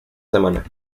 semana